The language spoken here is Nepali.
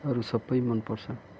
अरू सबै मनपर्छ